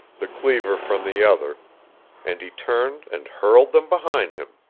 the cleaver from the other and he turned and hurled them behind him,